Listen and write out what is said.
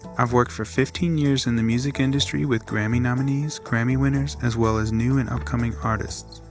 i've worked for fifteen years in the music industry with grammy nominees, grammy winners, as well as new and up-and-coming artists.